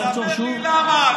תספר לי למה.